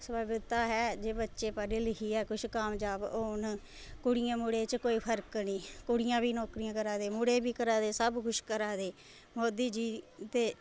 जे बच्चे पढ़ी लिखिये किश कामयाब होन कुड़ियें मुड़े च कोई फर्क नीं कुड़ियें बी नौकरी करां दियां मुड़े बी सारे सब कुछ करा दे मोदी जी ते